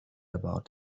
about